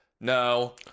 No